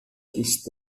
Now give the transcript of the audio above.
ist